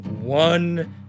One